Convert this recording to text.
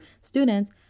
students